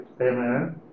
Amen